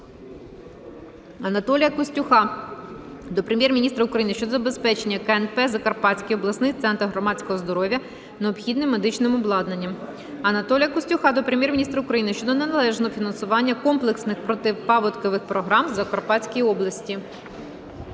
Анатолія Костюха до Прем'єр-міністра України щодо забезпечення КНП "Закарпатський обласний центр громадського здоров'я" необхідним медичним обладнанням. Анатолія Костюха до Прем'єр-міністра України щодо належного фінансування комплексних протипаводкових програм в Закарпатській області.